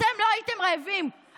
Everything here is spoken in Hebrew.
אתם לא הייתם רעבים,